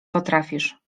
potrafisz